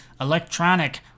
Electronic